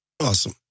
Awesome